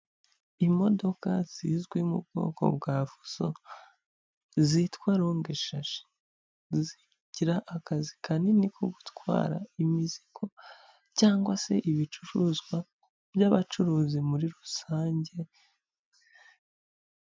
Imodoka zizwi mu bwoko bwa fuso zitwa rogeshashi, zigira akazi kanini ko gutwara imizigo cyangwa se ibicuruzwa byabacuruzi muri rusange.